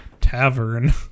tavern